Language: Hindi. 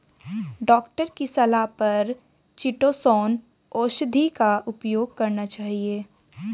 डॉक्टर की सलाह पर चीटोसोंन औषधि का उपयोग करना चाहिए